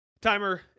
Timer